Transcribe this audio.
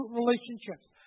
relationships